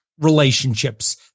relationships